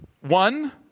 one